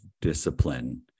discipline